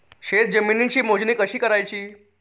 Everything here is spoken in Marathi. शेत जमिनीची मोजणी कशी करायची?